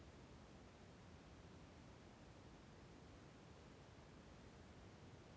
ನಮಗೆ ವಿಮೆ ಮಾಡಿಸಿದ ಮೇಲೆ ಕಟ್ಟಲು ಆಗಿಲ್ಲ ಆದರೆ ತೊಂದರೆ ಏನು ಇಲ್ಲವಾ?